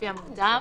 לפי המוקדם,